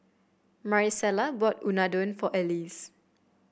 Marisela bought Unadon for Alease